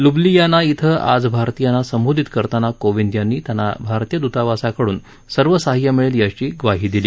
Ljubljana ब्रिं आज भारतीयांना संबोधित करताना कोविंद यांनी त्यांना भारतीय दूतावासाकडून सर्व सहाय्य मिळेल याची ग्वाही दिली